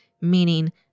meaning